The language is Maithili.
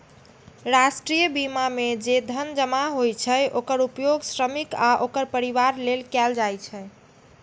राष्ट्रीय बीमा मे जे धन जमा होइ छै, ओकर उपयोग श्रमिक आ ओकर परिवार लेल कैल जाइ छै